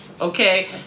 okay